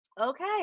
Okay